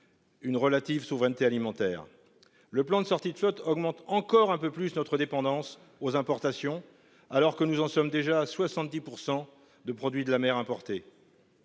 Une relative souveraineté alimentaire. Le plan de sortie de flotte augmente encore un peu plus notre dépendance aux importations alors que nous en sommes déjà 70% de produits de la mer importés.